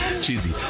Cheesy